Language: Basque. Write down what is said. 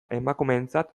emakumeentzat